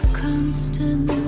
constant